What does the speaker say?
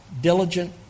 diligent